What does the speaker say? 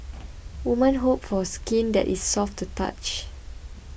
woman hope for skin that is soft to touch